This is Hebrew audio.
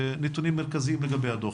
נתונים מרכזיים לגבי הדוח.